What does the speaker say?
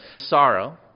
sorrow